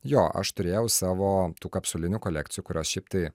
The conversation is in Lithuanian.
jo aš turėjau savo tų kapsulinių kolekcijų kurios šiaip tai